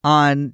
on